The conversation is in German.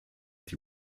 die